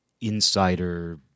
insider